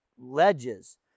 ledges